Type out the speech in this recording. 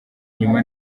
inyuma